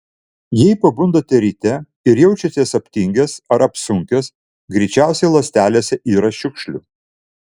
jei pabundate ryte ir jaučiatės aptingęs ar apsunkęs greičiausiai ląstelėse yra šiukšlių